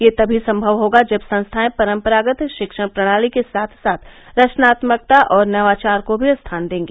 यह तभी सम्मव होगा जब संस्थाएं परम्परागत शिक्षण प्रणाली के साथ साथ रचनात्मकता और नवाचार को भी स्थान देंगी